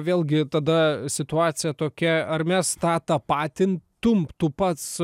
vėlgi tada situacija tokia ar mes tą tapatintum tu pats